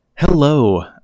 hello